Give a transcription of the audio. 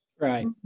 Right